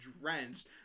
drenched